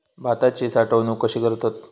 भाताची साठवूनक कशी करतत?